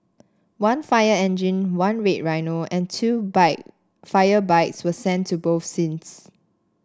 one fire engine one red rhino and two bike fire bikes were sent to both scenes